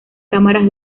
cámaras